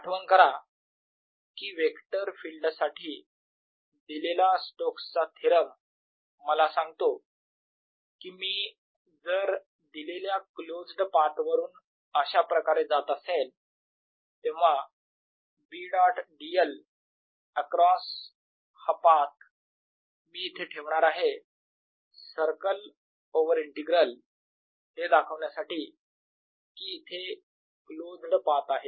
आठवण करा कि वेक्टर फील्ड साठी दिलेला स्टोक्स चा थेरम Stokes' theorem मला सांगतो की मी जर दिलेल्या क्लोज्ड पाथवरून अशाप्रकारे जात असेन तेव्हा B डॉट dl अक्रॉस हा पाथ मी इथे ठेवणार आहे सर्कल ओवर इंटीग्रल हे दाखवण्यासाठी इथे क्लोज्ड पाथ आहे